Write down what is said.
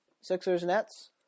Sixers-Nets